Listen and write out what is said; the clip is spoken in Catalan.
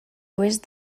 oest